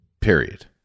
Period